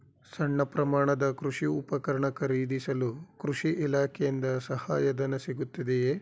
ಸಣ್ಣ ಪ್ರಮಾಣದ ಕೃಷಿ ಉಪಕರಣ ಖರೀದಿಸಲು ಕೃಷಿ ಇಲಾಖೆಯಿಂದ ಸಹಾಯಧನ ಸಿಗುತ್ತದೆಯೇ?